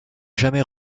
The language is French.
jamais